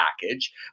package